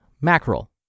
mackerel